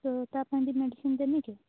ତ ତା ପାଇଁ ବି ମେଡ଼ିସିନ୍ ଦେବି କି